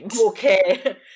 okay